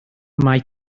mae